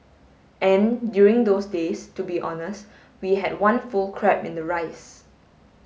and during those days to be honest we had one full crab in the rice